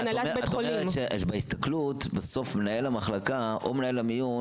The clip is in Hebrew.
הוא אומר: הפיקוח הוא אמנם של הרופא,